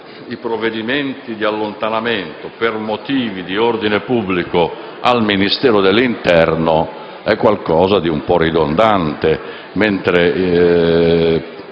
i provvedimenti di allontanamento per motivi di ordine pubblico al Ministero dell'interno è in un certo senso ridondante.